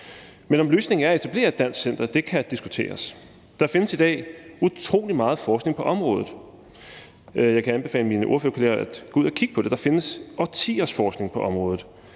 Men om løsningen er at etablere et dansk center, kan diskuteres. Der findes i dag utrolig meget forskning på området, og jeg kan anbefale mine ordførerkolleger at gå ud og kigge på det. Der findes årtiers forskning på området,